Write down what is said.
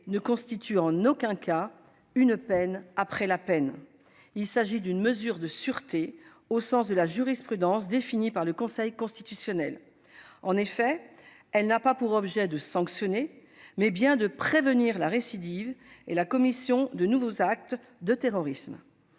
ne constitue en aucun cas une « peine après la peine ». Il s'agit d'une mesure de sûreté, au sens de la jurisprudence définie par le Conseil constitutionnel. Elle a pour objet non pas de sanctionner, mais bien de prévenir la récidive et la commission de nouveaux actes de terrorisme.